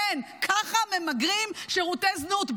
כן, ככה ממגרים שירותי זנות.